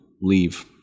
leave